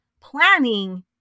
Planning